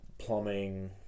plumbing